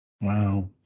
Wow